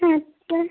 হুঁ হুঁ